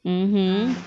mmhmm